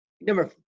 Number